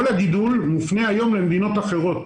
כל הגידול מופנה היום למדינות אחרות.